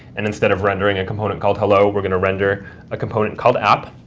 and instead of rendering a component called hello, we're going to render a component called app.